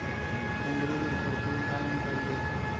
कुंदरू में भरपूर आईरन पाएल जाई छई